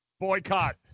Boycott